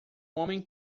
homem